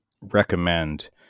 recommend